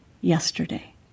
yesterday